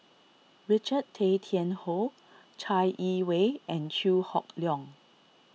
Richard Tay Tian Hoe Chai Yee Wei and Chew Hock Leong